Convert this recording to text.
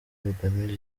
bigamije